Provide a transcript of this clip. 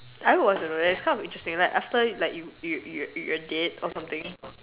I was a rest it was kind of interesting like after like you you you you're dead or something